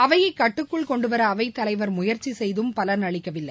அவையை கட்டுக்குள் கொண்டுவர அவைத் தலைவா் முயற்சி செய்தும் பலனளிக்கவில்லை